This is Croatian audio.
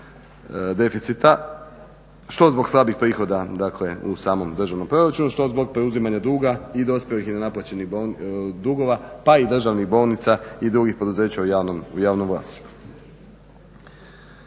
što zbog slabih prihoda u samom državnom proračunu, što zbog preuzimanja duga i dospjelih i nenaplaćenih dugova, pa i državnih bolnica i drugih poduzeća u javnom vlasništvu.